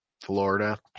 Florida